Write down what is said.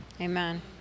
Amen